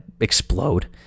explode